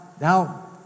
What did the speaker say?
now